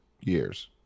Years